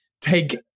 take